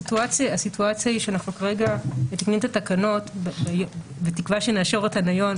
הסיטואציה היא שאנחנו כרגע מתקנים את התקנות בתקווה שנאשר אותן היום.